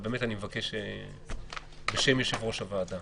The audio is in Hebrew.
אני מבקש בשם יושב-ראש הוועדה